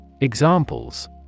Examples